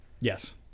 Yes